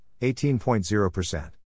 18.0%